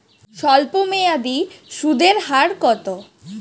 স্বল্পমেয়াদী সুদের হার কত?